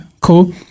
Cool